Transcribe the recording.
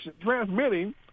transmitting